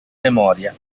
memoria